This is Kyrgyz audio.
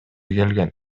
келген